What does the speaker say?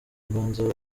mbanza